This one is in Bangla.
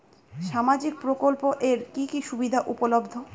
সামাজিক প্রকল্প এর কি কি সুবিধা উপলব্ধ?